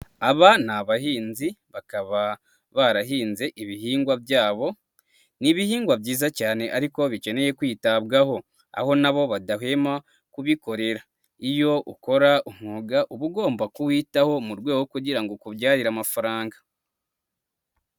Aba ni abahinzi, bakaba barahinze ibihingwa byabo, ni bihingwa byiza cyane ariko bikeneye kwitabwaho, aho nabo badahwema kubikorera, iyo ukora umwuga uba ugomba kuwitaho, mu rwego kugira ngo ukubyarire amafaranga.